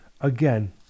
again